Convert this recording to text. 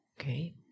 Okay